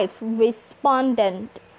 Respondent